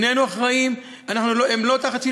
איננו אחראים, הם לא תחת שלטוננו.